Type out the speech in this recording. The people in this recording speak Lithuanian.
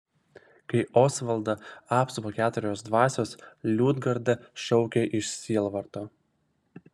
kai osvaldą apsupa keturios dvasios liudgarda šaukia iš sielvarto